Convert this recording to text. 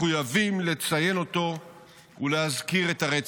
מחויבים לציין אותו ולהזכיר את הרצח.